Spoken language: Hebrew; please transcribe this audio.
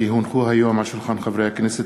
כי הונחו היום על שולחן הכנסת,